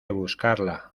buscarla